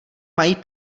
mají